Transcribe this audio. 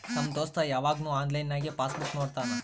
ನಮ್ ದೋಸ್ತ ಯವಾಗ್ನು ಆನ್ಲೈನ್ನಾಗೆ ಪಾಸ್ ಬುಕ್ ನೋಡ್ತಾನ